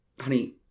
Honey